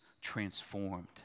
transformed